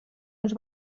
uns